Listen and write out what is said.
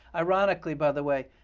ironically, by the way,